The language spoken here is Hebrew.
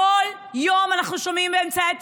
כל יום אנחנו שומעים באמצעי התקשורת,